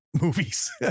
movies